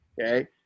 Okay